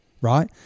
right